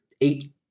eight